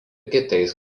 kitais